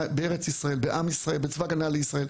בארץ ישראל, בעם ישראל, בצבא הגנה לישראל.